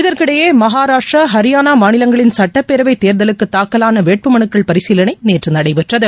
இதற்கிடையே மகாராஷட்ரா ஹரியானா மாநிலங்களின் சட்டப்பேரவை தேர்தலுக்கு தாக்கலான வேட்புமனுக்கள் பரிசீலனை நேற்று நடைபெற்றது